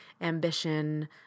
ambition